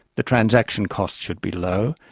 the transaction costs should be low,